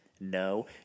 No